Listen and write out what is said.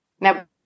now